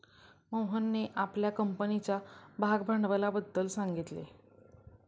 मोहनने आपल्या कंपनीच्या भागभांडवलाबद्दल सांगितले